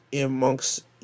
amongst